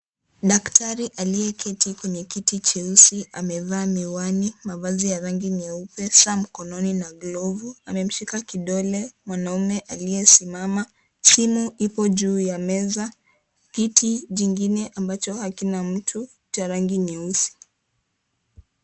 Daktari aliyeketi kwenye kiti cheusi amevaa miwani, mavazi ya rangi nyeupe, saa mkononi na glovu, amemshika kidole mwanaume aliyesimama, simu ipo juu ya meza, kiti jingine ambacho hakina mtu cha rangi nyeusi.